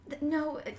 no